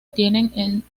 tienen